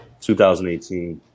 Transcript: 2018